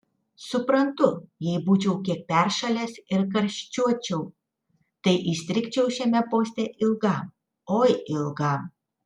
suprantu jei būčiau kiek peršalęs ir karščiuočiau tai įstrigčiau šiame poste ilgam oi ilgam